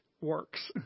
works